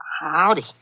Howdy